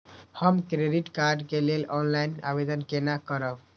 हम credit card के लेल ऑनलाइन आवेदन केना करब?